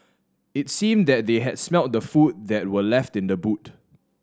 it seemed that they had smelt the food that were left in the boot